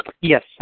Yes